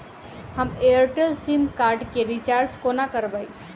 हम Airtel sim card केँ recharge कोना करबै?